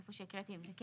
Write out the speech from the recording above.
איפה שהקראתי את זה,